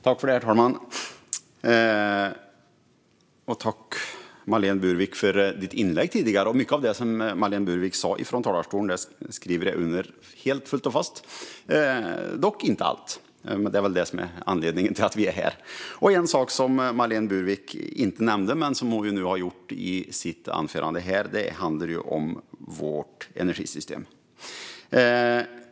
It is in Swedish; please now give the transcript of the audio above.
Herr talman! Jag tackar Marlene Burwick för anförandet, och mycket av det hon sa skriver jag under på. Det gäller dock inte allt, och det är väl anledningen till att vi är här. Något som Marlene Burwick inte nämnde i sitt anförande men i replikskiftet är vårt energisystem.